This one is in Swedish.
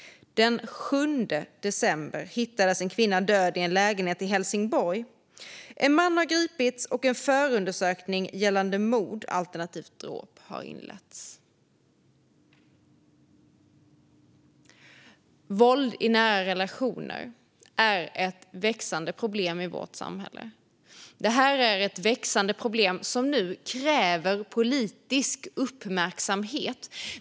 Den 7 december hittades en kvinna död i en lägenhet i Helsingborg. En man har gripits, och en förundersökning gällande mord alternativt dråp har inletts. Våld i nära relationer är ett växande problem i vårt samhälle. Det är ett växande problem som nu kräver politisk uppmärksamhet.